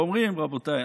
ואומרים: רבותיי,